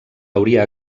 hauria